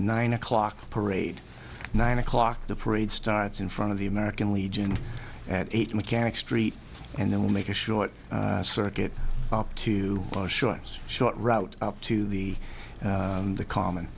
nine o'clock parade nine o'clock the parade starts in front of the american legion at eight mechanic street and then we'll make a short circuit up to our short short route up to the the common